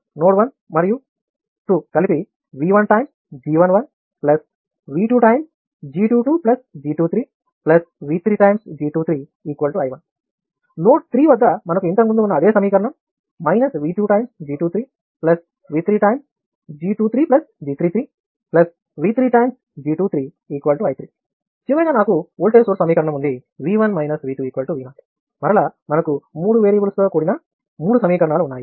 node 1 మరియు 2 కలిపి V1 G11 V2G22G23 V3G23 I 1 node 3 వద్ద మనకు ఇంతకుముందు ఉన్న అదే సమీకరణం V2 G23 V3G23G33 V3G23 I 3 చివరగా నాకు వోల్టేజ్ సోర్స్ సమీకరణం ఉంది V1 - V2 V0 మరల మనకు మూడు వేరియబుల్స్లో కూడిన మూడు సమీకరణాలను ఉన్నాయి